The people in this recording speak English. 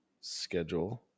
schedule